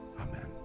Amen